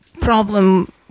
problem